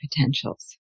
potentials